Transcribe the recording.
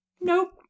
Nope